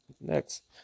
next